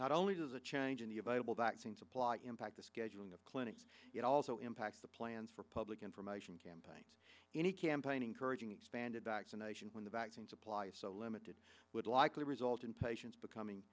not only does a change in the available the acting supply impact the scheduling of clinics it also impacts the plans for public information campaign any campaign encouraging expanded vaccination when the vaccine supply is so limited would likely result in patients becoming